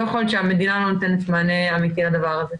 יכול להיות שהמדינה לא נותנת מענה אמיתי לדבר הזה.